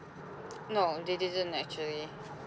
no they didn't actually